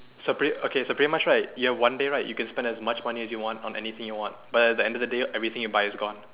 so pretty okay so pretty much right you have one day right you can spend as much money as you want on anything you want but at the end of the day all the things you buy is gone